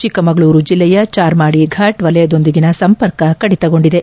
ಚಿಕ್ಕಮಗಳೂರು ಜಿಲ್ಲೆಯ ಚಾರ್ಮಾಡಿ ಫಾಟ್ ವಲಯದೊಂದಿಗಿನ ಸಂಪರ್ಕ ಕಡಿತಗೊಂಡಿದೆ